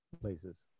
places